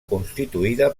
constituïda